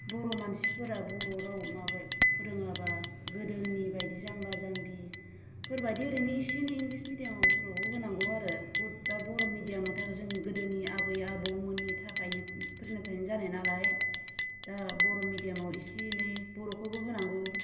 बर' मानसिफोरा बर' राव माबे फोरोङाबा गोदोनि बायदि जाम्बा जाम्बि फोरबायदि ओरैनो एसे एनै इंग्लिस मिडियामआव बर'आव होनांगौ आरो उद दा बर' मेडियामआवथ' जोंनि गोदोनि आबै आबौ मोननि थाखायनो फोरनिफ्रायनो जानाय नालाय दा बर' मेडियामआव एसे एनै बर'खौबो होनांगौ